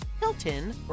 Hilton